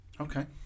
Okay